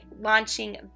launching